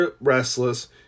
restless